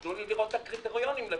תנו לי לראות את הקריטריונים לפחות.